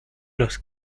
los